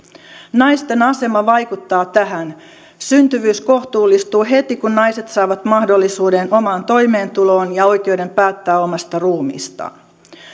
naisten asema vaikuttaa tähän syntyvyys kohtuullistuu heti kun naiset saavat mahdollisuuden omaan toimeentuloon ja oikeuden päättää omasta ruumiistaan